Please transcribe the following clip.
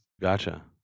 Gotcha